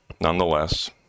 nonetheless